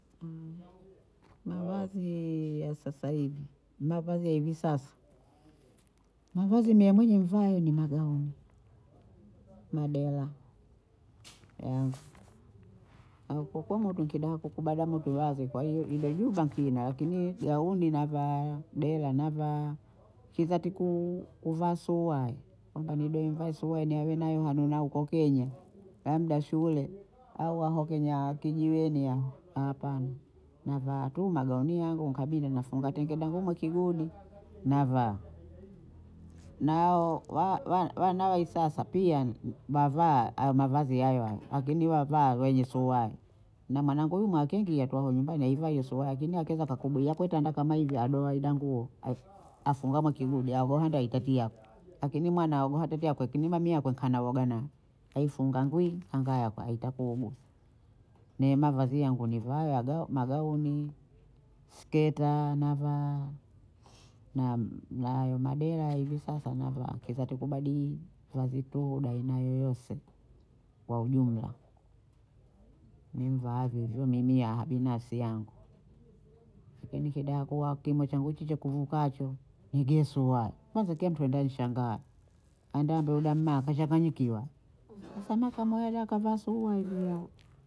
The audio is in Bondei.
mavaziii ya sasa hivi, mavazi ya hivi sasa, mavazi mie mwenye nivaayo ni magauni, madela haukukua mudukidanko kubada mtu ulaze kwa hiyo yude yuba nkina akini gauni navaa, dela navaa akini katiku kuvaa suyuaye kwamba nidohe nivae suyuayi nihawe nayo hanu na huko Kenya labda shule aho aho kenyaa kijiweni aho, hapana navaa tu magauni yangu, nikabidi nafunga tenge dangu mwe kigudi navaa, nao wa- wa- wana wa hisasa pia na- navaa hayo mavazi hayo hayo akini wavaa wenye suyuayi na mwanangu yumo akiingia tu aho nyumbani haivai hiyo suyuayi akini akeza akakubwiya kote anataka kama hivi adoha aidanguo a- afunga mwe kigudi avoenda aitapia, lakini mwana wagoatete akini mamiako kawa na uoga naye aifunga ngwi kanga yakwe aita kuogwa, ne mavazi yangu nivaayo agao magauni, siketa navaa na- na hayo madela hivi sasa navaa, keza tu kubadiyi vapor daaina yoyose kwa ujumla, mi mvaavo hivyo mimi aha binafsi yangu, kena kidaha kuwa kimo changu chocho kuvukacho nige suyuayi, kwanza kiya aenda anishangaa anda ambwe mda mnaa kasha fanyikiwa, sasa mama kama huyo leo akavaa suyuayi jama